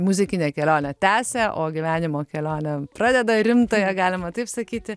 muzikinę kelionę tęsė o gyvenimo kelionę pradeda rimtąją galima taip sakyti